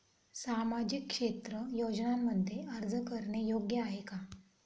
सामाजिक क्षेत्र योजनांमध्ये अर्ज करणे योग्य आहे का?